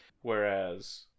Whereas